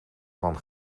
van